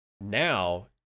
Now